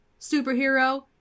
superhero